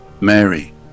Mary